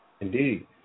Indeed